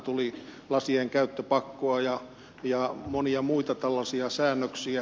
tuli la sien käyttöpakkoa ja monia muita tällaisia säännöksiä